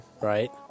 right